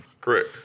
Correct